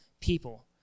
people